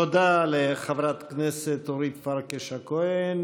תודה לחברת הכנסת אורית פרקש הכהן.